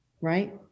Right